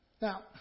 Now